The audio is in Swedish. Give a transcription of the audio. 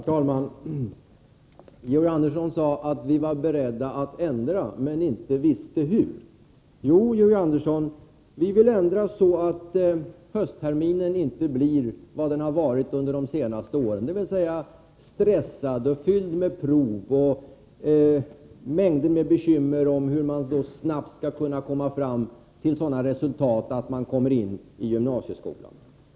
Herr talman! Georg Andersson sade att vi var beredda att ändra men inte visste hur. Jo, Georg Andersson, vi vill ändra så att höstterminen inte blir vad den har varit under de senaste åren, dvs. stressad och fylld med prov och mängder med bekymmer för hur man snabbt skall nå sådana resultat att man kommer in i gymnasieskolan.